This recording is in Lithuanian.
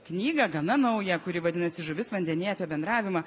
knygą gana naują kuri vadinasi žuvis vandenyje apie bendravimą